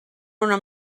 una